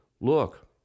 Look